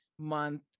month